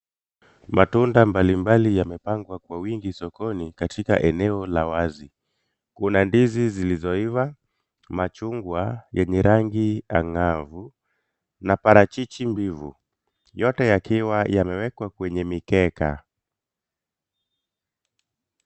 Matunda mbalimbali yamepangwa kwa wingi sokoni katika eneo la wazi. Kuna ndizi zilizoiva, machungwa yenye rangi angavu na parachichi mbivu ,yote yakiwa yamewekwa kwenye mikeka.